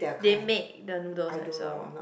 they made the noodles themselves